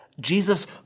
Jesus